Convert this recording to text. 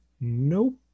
nope